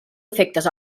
efectes